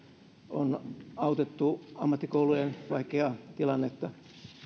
on autettu ammattikoulujen vaikeaa tilannetta